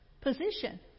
position